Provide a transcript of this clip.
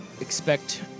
Expect